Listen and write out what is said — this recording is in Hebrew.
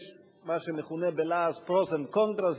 יש מה שמכונה בלעז pros and contras,